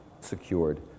secured